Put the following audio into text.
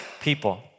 people